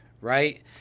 right